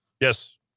yes